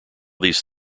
these